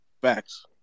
Facts